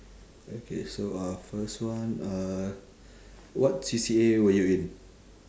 okay so uh first one uh what C_C_A were you in